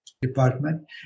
department